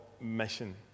mission